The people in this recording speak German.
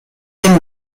dem